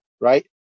right